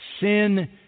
Sin